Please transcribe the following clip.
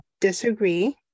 disagree